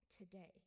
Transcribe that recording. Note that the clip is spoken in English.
today